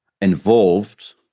involved